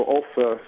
offer